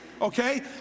Okay